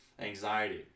anxiety